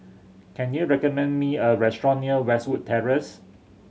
can you recommend me a restaurant near Westwood Terrace